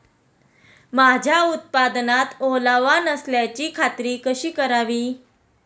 माझ्या उत्पादनात ओलावा नसल्याची खात्री कशी करावी?